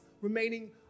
remaining